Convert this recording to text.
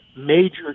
major